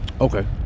Okay